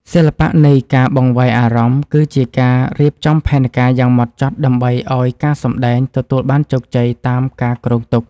សិល្បៈនៃការបង្វែរអារម្មណ៍គឺជាការរៀបចំផែនការយ៉ាងហ្មត់ចត់ដើម្បីឱ្យការសម្តែងទទួលបានជោគជ័យតាមការគ្រោងទុក។